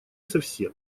совсем